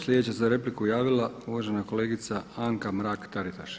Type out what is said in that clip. Sljedeća se za repliku javila uvažena kolegica Anka Mrak Taritaš.